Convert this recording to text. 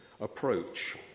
approach